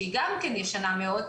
שהיא גם כן ישנה מאוד,